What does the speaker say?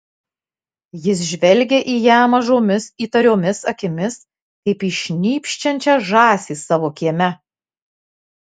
jis žvelgė į ją mažomis įtariomis akimis kaip į šnypščiančią žąsį savo kieme